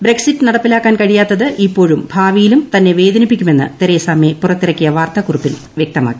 Brexit നടപ്പിലാക്കാൻ കഴിയാത്തത് ഇപ്പോഴും ഭാവിയിലും തന്നെ വേദനിപ്പിക്കുമെന്ന് തെരേസ മെയ് പുറത്തിറക്കിയ വാർത്താ കുറിപ്പിൽ വൃക്തമാക്കി